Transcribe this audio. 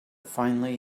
finally